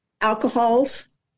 alcohols